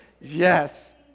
Yes